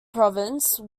province